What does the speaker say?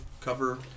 cover